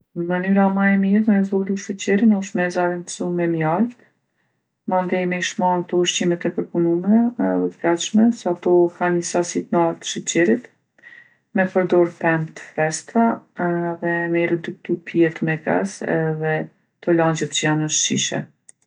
Mënyra ma e mirë me e zvoglu sheqerin osht me e zavendsu me mjaltë, mandej me i shmangë kto ushqimet e përpunume edhe t'gatshme se ato kan ni sasi t'naltë t'sheqerit. Me perdorë pemë t'freskta edhe me i reduktu pijet me gaz edhe kto langjet qi janë në shishe.